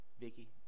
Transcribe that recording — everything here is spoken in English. vicky